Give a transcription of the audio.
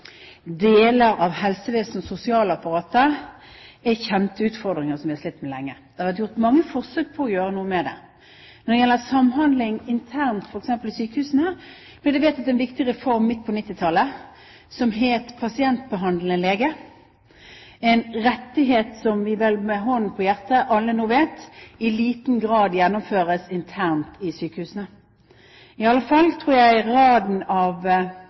deler av helsevesenet og sosialapparatet er kjente utfordringer som vi har slitt med lenge. Det har vært gjort mange forsøk på å gjøre noe med det. Når det gjelder samhandling internt f.eks. i sykehusene, ble det vedtatt en viktig reform midt på 1990-tallet med pasientbehandlende lege, en rettighet som vi vel med hånden på hjertet alle nå vet i liten grad gjennomføres internt i sykehusene. I alle fall tror jeg raden av